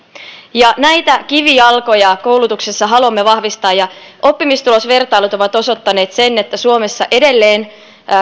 ja näitä kivijalkoja koulutuksessa haluamme vahvistaa oppimistulosvertailut ovat osoittaneet sen että suomessa edelleen